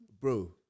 Bro